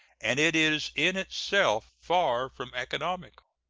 and it is in itself far from economical,